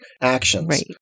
actions